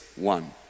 One